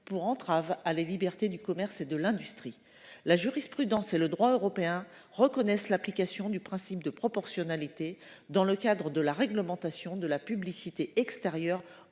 pour entrave à la liberté du commerce et de l'industrie. La jurisprudence et le droit européen reconnaissent l'application du principe de proportionnalité dans le cadre de la réglementation de la publicité extérieure